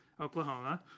Oklahoma